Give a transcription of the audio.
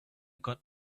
got